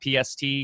PST